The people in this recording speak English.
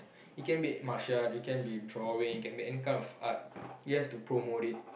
it can be martial art it can be drawing it can be any kind of art you have to promote it